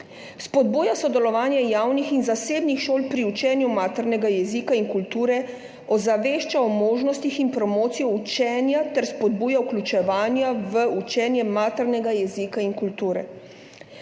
spodbuja sodelovanje javnih in zasebnih šol pri učenju maternega jezika in kulture, ozavešča o možnostih in promocijo učenja ter spodbuja vključevanja v učenje maternega jezika in kulture;